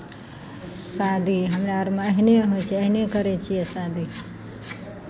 शादी हमरा अरमे अहिने होइ छै अहिने करै छियै शादी